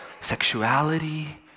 sexuality